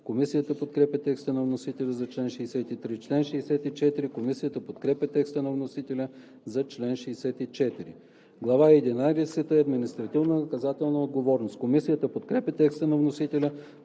Комисията подкрепя текста на вносителя за чл. 63. Комисията подкрепя текста на вносителя за чл. 64. „Глава единадесета – Административнонаказателна отговорност“. Комисията подкрепя текста на вносителя